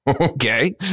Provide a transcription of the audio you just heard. Okay